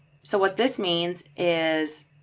so what this means is,